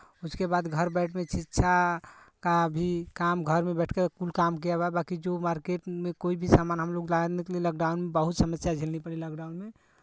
उसके बाद घर बैठ में शिक्षा का भी काम घर में बैठकर कुल काम किया वा बाँकी जो मार्केट में कोई भी सामान हम लोग लाने के लिए लॉकडाउन बहुत समस्या झेलनी पड़ी लॉकडाउन में